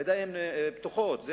בידיים בטוחות,